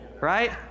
right